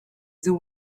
the